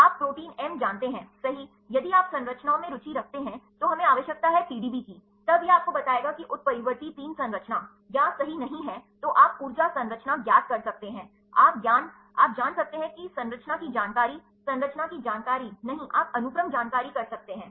आप प्रोटीन एम जानते हैंसही या यदि आप संरचनाओं में रुचि रखते हैं तो हमें आवश्यकता है पीडीबी की तब यह आपको बताएगा कि उत्परिवर्ती तीन संरचना या सही नहीं है तो आप ऊर्जा संरचना ज्ञात कर सकते हैं आप जान सकते हैं संरचना की जानकारी संरचना की जानकारी नहीं आप अनुक्रम जानकारी कर सकते हैं